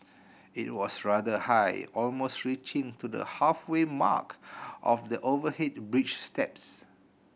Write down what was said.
it was rather high almost reaching to the halfway mark of the overhead bridge steps